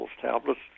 tablets